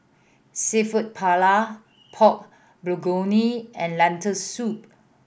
Seafood Paella Pork Bulgogi and Lentil Soup